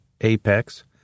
Apex